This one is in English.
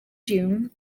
june